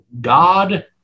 God